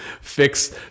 fix